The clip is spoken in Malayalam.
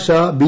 ഷാ ബി